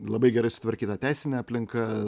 labai gerai sutvarkyta teisinė aplinka